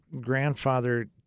grandfather